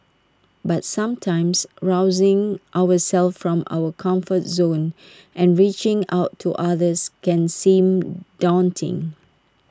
but sometimes rousing ourselves from our comfort zones and reaching out to others can seem daunting